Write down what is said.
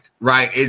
right